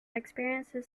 experiences